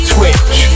Twitch